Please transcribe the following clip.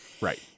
Right